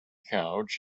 couch